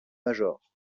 major